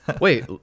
wait